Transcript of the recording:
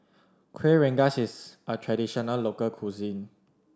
Kuih Rengas is a traditional local cuisine